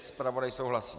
Zpravodaj souhlasí.